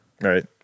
Right